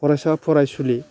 फरायसा फरायसुलि